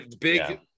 big